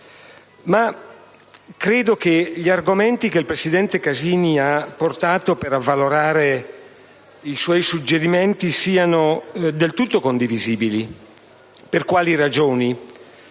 Credo che gli argomenti che il presidente Casini ha portato per avvalorare i suoi suggerimenti siano del tutto condivisibili. Per quali ragioni?